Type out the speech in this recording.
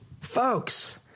folks